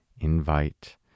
invite